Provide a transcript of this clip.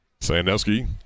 Sandusky